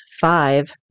five